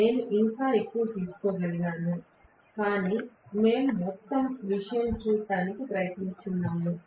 నేను ఇంకా ఎక్కువ తీసుకోగలిగాను కాని మేము మొత్తం విషయం చూడటానికి ప్రయత్నిస్తున్నాము